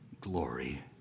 glory